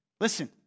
Listen